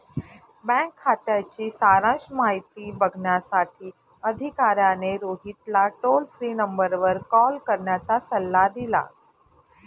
bank खात्याची सारांश माहिती बघण्यासाठी अधिकाऱ्याने रोहितला टोल फ्री नंबरवर कॉल करण्याचा सल्ला दिला